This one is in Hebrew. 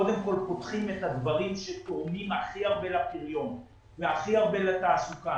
קודם כל פותחים את הדברים שתורמים הכי הרבה לפריון והכי הרבה לתעסוקה,